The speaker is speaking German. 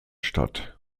statt